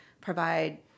provide